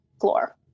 Floor